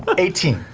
but eighteen.